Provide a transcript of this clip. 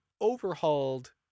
overhauled